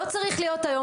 לא צריך להיות היום.